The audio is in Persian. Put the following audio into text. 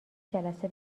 جلسه